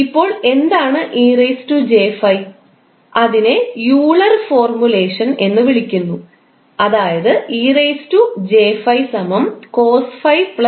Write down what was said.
ഇപ്പോൾ എന്താണ് 𝑒𝑗∅ അതിനെ ഓയിലർ ഫോർമുലേഷൻ എന്ന് വിളിക്കുന്നു അതായത് 𝑒𝑗∅ cos ∅ 𝑗 sin ∅